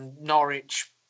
Norwich